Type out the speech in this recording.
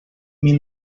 mil